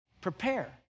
Prepare